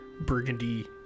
burgundy